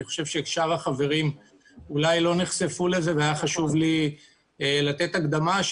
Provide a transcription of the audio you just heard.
אני חושב ששאר החברים אולי לא נחשפו לזה והיה חשוב לי לתת הקדמה,